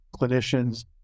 clinicians